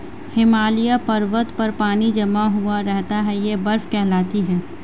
हिमालय पर्वत पर पानी जमा हुआ रहता है यह बर्फ कहलाती है